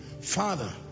Father